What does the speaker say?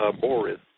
Boris